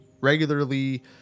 regularly